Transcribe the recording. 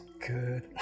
good